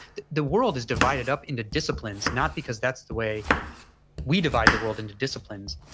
the the world is divided up into disciplines. not because that's the way we divide the world into disciplines.